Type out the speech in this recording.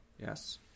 Yes